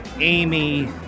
Amy